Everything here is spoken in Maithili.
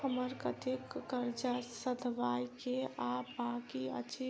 हमरा कतेक कर्जा सधाबई केँ आ बाकी अछि?